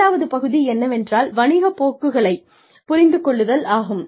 இரண்டாவது பகுதி என்னவென்றால் வணிக போக்குகளை புரிந்து கொள்ளுதலாகும்